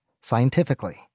scientifically